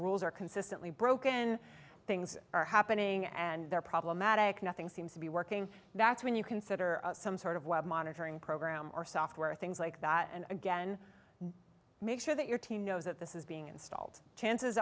rules are consistently broken things are happening and they're problematic nothing seems to be working that's when you consider some sort of web monitoring program or software or things like that and again make sure that your team knows that this is being installed chances